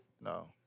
No